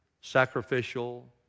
sacrificial